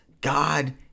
God